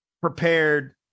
prepared